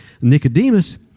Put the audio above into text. Nicodemus